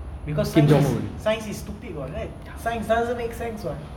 because science is science is stupid what right science doesn't make sense what